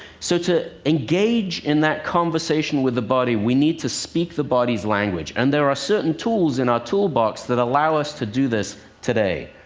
so to engage in that conversation with the body, we need to speak the body's language. and there are certain tools in our toolbox that allow us to do this today.